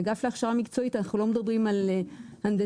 באגף להכשרה מקצועית אנחנו לא מדברים על הנדסאים,